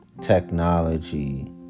technology